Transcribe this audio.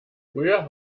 früher